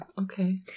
okay